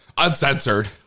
Uncensored